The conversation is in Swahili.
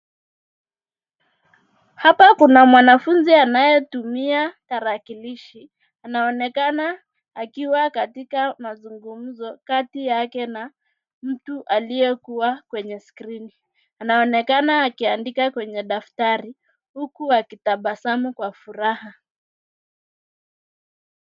Hapa kuna mwanafunzi anayetumia tarakilishi, anaonekana akiwa katika mazungumzo kati yake na mtu aliyekuwa kwenye skrini. Anaonekana akiandika kwenye daftari, huku akitabasamu kwa furaha.